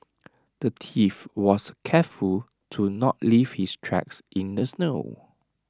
the thief was careful to not leave his tracks in the snow